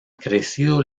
crecido